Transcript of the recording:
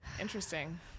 Interesting